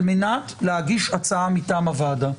על מנת להגיש הצעה מטעם הוועדה.